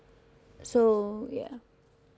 so ya